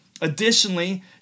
additionally